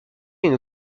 une